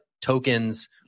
tokens